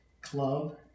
club